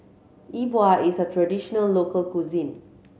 E Bua is a traditional local cuisine